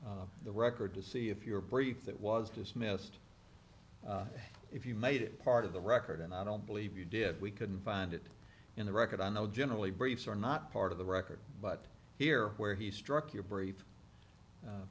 the record to see if your brief that was dismissed if you made it part of the record and i don't believe you did we couldn't find it in the record i know generally briefs are not part of the record but here where he struck your brief